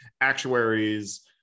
actuaries